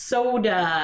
Soda